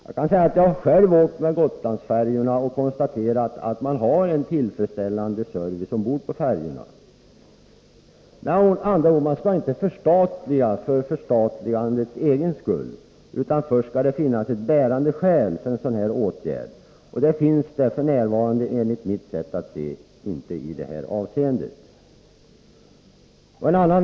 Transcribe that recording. Jag har själv åkt med Gotlandsfärjorna och konstaterat att det är en tillfredsställande service ombord på dem. Man skall med andra ord inte förstatliga för förstatligandets egen skull, utan först skall det finnas ett bärande skäl för en sådan åtgärd. Det finns det f. n. enligt mitt sätt att se inte i det här avseendet.